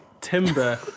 Timber